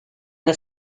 the